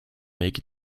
make